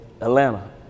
Atlanta